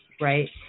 right